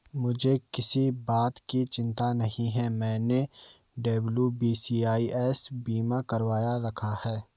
मुझे किसी बात की चिंता नहीं है, मैंने डब्ल्यू.बी.सी.आई.एस बीमा करवा रखा था